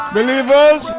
Believers